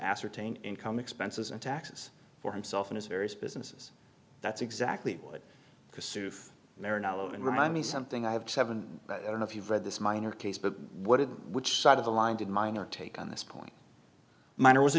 ascertain income expenses and taxes for himself in his various businesses that's exactly what his suv mera know and remind me something i have seven that i don't know if you've read this minor case but what did which side of the line did miner take on this point mine or was